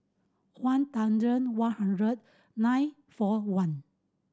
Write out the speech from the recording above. one one hundred nine four one